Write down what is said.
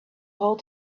hold